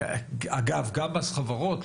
אגב גם מס חברות,